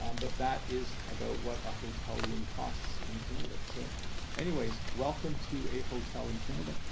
um but that is about what a hotel room costs in canada. so anyways, welcome to a hotel in canada.